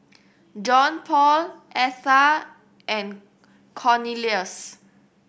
Johnpaul Atha and Cornelius